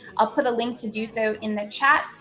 i'll put a link to do so in the chat.